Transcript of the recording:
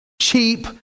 cheap